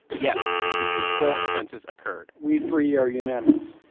yes, impeachable offenses occurred we three are unanimous,